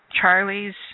Charlie's